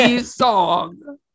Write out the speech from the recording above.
song